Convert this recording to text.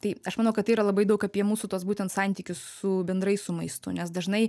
tai aš manau kad tai yra labai daug apie mūsų tuos būtent santykius su bendrai su maistu nes dažnai